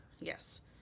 yes